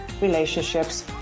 Relationships